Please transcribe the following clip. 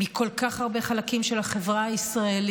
מכל כך הרבה חלקים של החברה הישראלית,